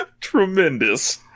tremendous